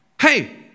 hey